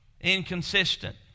inconsistent